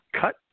cut